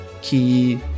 key